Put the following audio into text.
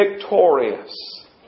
victorious